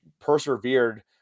persevered